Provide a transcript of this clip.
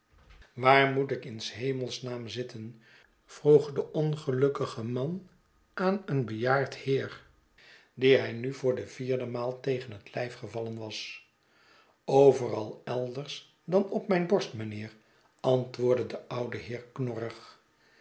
waar moet ik in s hemels naam zitten vroeg de ongelukkige man aan een bejaard heer dien hij nu voor de vierde maal tegen het lijf gevallen was overal elders dan op mijn borst meneer antwoordde de oude heer